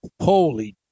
Holy